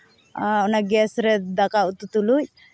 ᱟᱨ ᱚᱱᱟ ᱜᱮᱥ ᱨᱮ ᱫᱟᱠᱟ ᱩᱛᱩ ᱛᱩᱞᱩᱡ